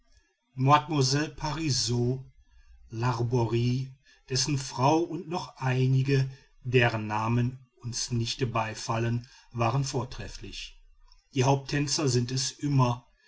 mlle parisot l'arborie dessen frau und noch einige deren namen uns nicht beifallen waren vortrefflich die haupttänzer sind es immer